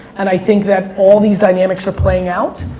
and i think that all these dynamics are playing out.